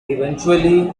eventually